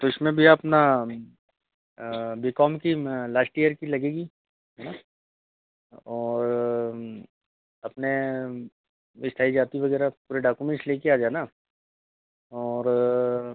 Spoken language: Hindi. तो इसमें भी अपना बी कॉम की लाश्ट इयर की लगेगी है ना और अपने स्थाई जाति वगैरह पूरे डाकुमेंट्स लेकर आ जाना और